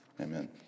amen